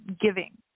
giving